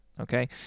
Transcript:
okay